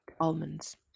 almonds